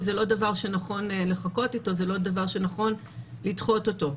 וזה לא דבר שנכון לחכות איתו ולדחות אותו.